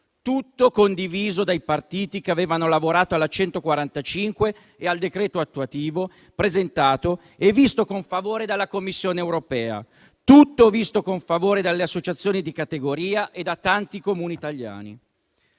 tutto condiviso dai partiti che avevano lavorato alla legge n. 145 del 2018 e al decreto attuativo presentato e visto con favore dalla Commissione europea; tutto visto con favore dalle associazioni di categoria e dai tanti Comuni italiani.